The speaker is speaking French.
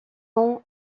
nom